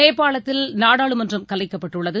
நேபாளத்தில் நாடாளுமன்றம் கலைக்கப்பட்டுள்ளது